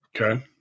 Okay